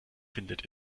findet